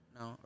no